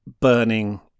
burning